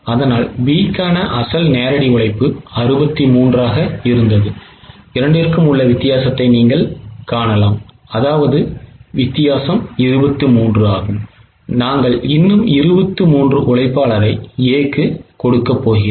அதனால் B க்கான அசல் நேரடி உழைப்பு 63 ஆக இருந்தது இரண்டிற்கும் உள்ள வித்தியாசத்தை நீங்கள் காணலாம் அதாவது 23 நாங்கள் இன்னும் 23 உழைப்பாளரை A க்கு கொடுக்கப் போகிறோம்